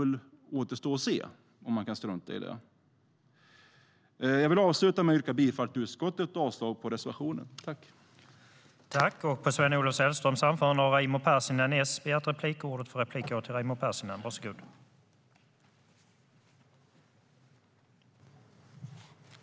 Det återstår att se om man kan strunta i det.